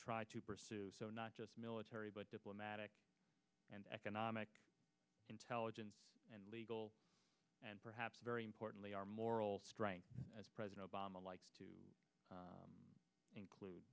try to pursue so not just military but diplomatic and economic intelligence and legal and perhaps very importantly our moral strength as president obama likes to include